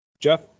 Jeff